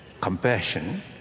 compassion